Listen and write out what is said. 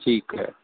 ठीक आहे